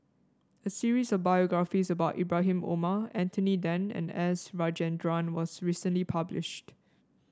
a series of biographies about Ibrahim Omar Anthony Then and S Rajendran was recently published